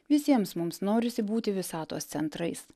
visiems mums norisi būti visatos centrais